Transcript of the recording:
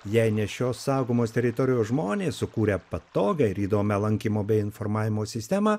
jei ne šios saugomos teritorijos žmonės sukūrę patogią ir įdomią lankymo bei informavimo sistemą